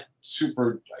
super